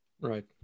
Right